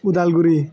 Udalguri